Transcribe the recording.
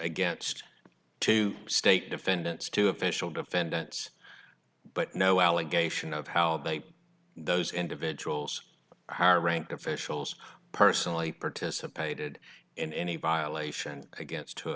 against two state defendants two official defendants but no allegation of how those individuals high ranking officials personally participated in any violation against